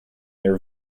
their